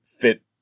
fit